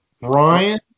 Brian